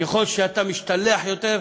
ככל שאתה משתלח יותר,